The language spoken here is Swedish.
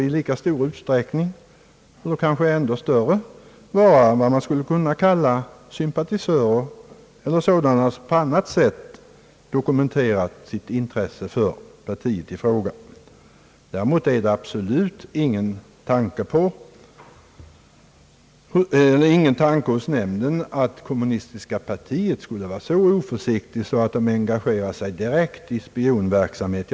I lika stor utsträckning — eller kanske ännu större — kan det beröra vad man skulle kunna kalla sympatisörer eller sådana som på annat sätt dokumenterat sitt intresse för partiet i fråga. Däremot har nämnden inte en tanke på att kommunistiska partiet skulle vara så oförsiktigt att det engagerade sig direkt i spionverksamhet.